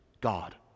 god